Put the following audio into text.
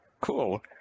cool